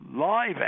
live